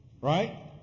right